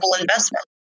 investment